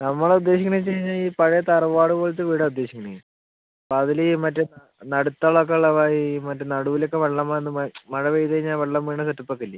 നമ്മൾ ഉദ്ദേശിക്കണതെന്നു വെച്ചു കഴിഞ്ഞാൽ ഈ പഴയ തറവാട് പോലത്തെ വീടാ ഉദ്ദേശിക്കുന്നത് അപ്പം അതിൽ ഈ മറ്റേ നടുത്തളം ഒക്കെയുള്ള ഈ മറ്റേ നടുവിലൊക്കെ വെള്ളം വന്നു മഴ പെയ്തു കഴിഞ്ഞാൽ വെള്ളം വീഴണ സെറ്റപ്പ് ഒക്കെയില്ലേ